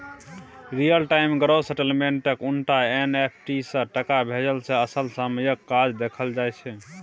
real time gross सेटलमेंटक उनटा NFT सँ टका भेजय मे असल समयक काज देखल जाइ छै